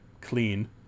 clean